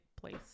place